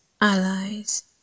allies